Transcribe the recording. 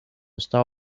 star